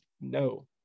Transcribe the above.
no